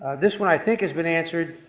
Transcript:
this one i think has been answered,